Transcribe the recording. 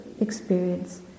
experience